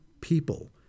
people